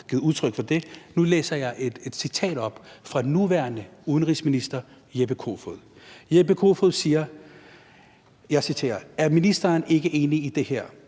Nu læser jeg et citat op fra den nuværende udenrigsminister, Jeppe Kofod. Jeppe Kofod siger – jeg citerer: Er ministeren ikke enig i det her?